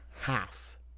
half